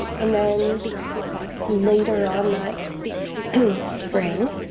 and then later on that and spring,